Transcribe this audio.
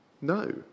No